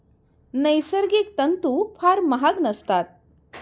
नैसर्गिक तंतू फार महाग नसतात